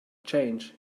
change